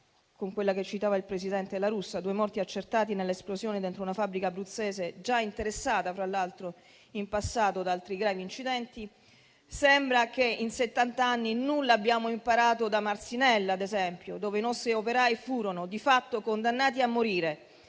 fa quella che citava il presidente La Russa, di due morti accertati nell'esplosione dentro una fabbrica abruzzese già interessata, fra l'altro, in passato da altri gravi incidenti - sembra che in settant'anni nulla abbiamo imparato da Marcinelle, ad esempio, dove i nostri operai furono di fatto condannati a morire